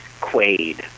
Quaid